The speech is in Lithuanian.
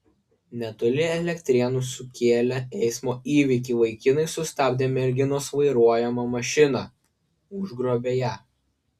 netoli elektrėnų sukėlę eismo įvykį vaikinai sustabdė merginos vairuojamą mašiną užgrobė ją